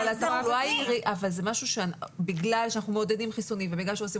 בגלל שאנחנו מעודדים חיסונים ובגלל שעושים